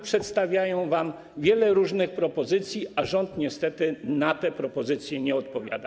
Przedstawiają wam wiele różnych propozycji, a rząd, niestety, na te propozycje nie odpowiada.